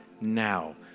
now